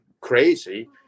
crazy